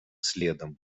следом